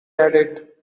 added